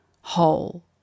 whole